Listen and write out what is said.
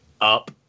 up